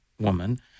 woman